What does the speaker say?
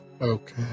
okay